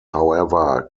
however